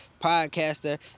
podcaster